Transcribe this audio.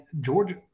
Georgia